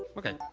okay